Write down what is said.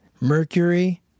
Mercury